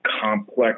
complex